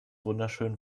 wunderschön